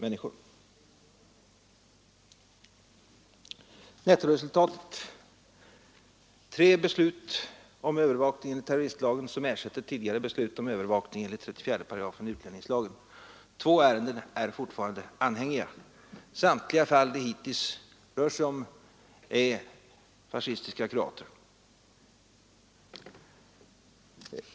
Nettoresultatet blir: tre beslut om övervakning enligt terroristlagen som ersätter tidigare beslut om övervakning enligt 34 § utlänningslagen. Två ärenden är fortfarande anhängiga. I samtliga fall hittills rör det sig om fascistiska kroater.